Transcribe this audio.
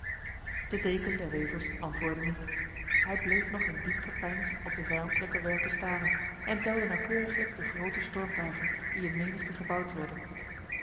de deken der wevers antwoordde niet hij bleef nog in diep gepeins op de vijandlijke werken staren en telde nauwkeuriglijk de grote stormtuigen die in menigte gebouwd werden